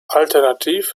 alternativ